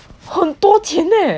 很多钱 leh